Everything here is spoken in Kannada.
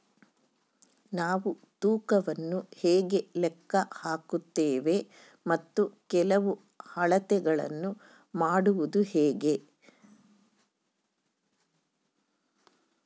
ನಾವು ತೂಕವನ್ನು ಹೇಗೆ ಲೆಕ್ಕ ಹಾಕುತ್ತೇವೆ ಮತ್ತು ಕೆಲವು ಅಳತೆಗಳನ್ನು ಮಾಡುವುದು ಹೇಗೆ?